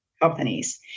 Companies